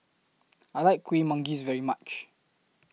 I like Kueh Manggis very much